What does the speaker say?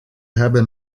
hebben